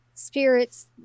Spirits